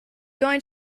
going